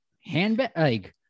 handbag